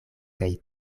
kaj